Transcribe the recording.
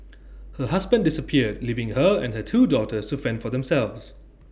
her husband disappeared leaving her and her two daughters to fend for themselves